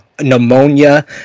pneumonia